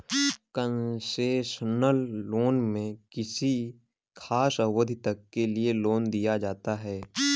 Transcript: concessional loan में किसी खास अवधि तक के लिए लोन दिया जाता है